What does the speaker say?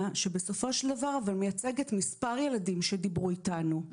שבסופו של דבר מייצגת מספר ילדים שדיברו איתנו.